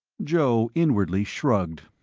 joe inwardly shrugged.